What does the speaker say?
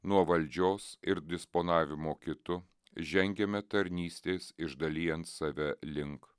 nuo valdžios ir disponavimo kitu žengiame tarnystės išdalijant save link